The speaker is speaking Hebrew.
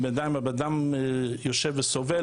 בינתיים הבן אדם יושב וסובל